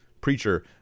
preacher